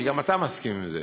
כי גם אתה מסכים עם זה.